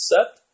Set